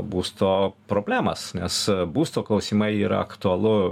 būsto problemas nes būsto klausimai yra aktualu